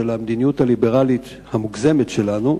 של המדיניות הליברלית המוגזמת שלנו,